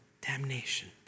damnation